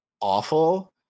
awful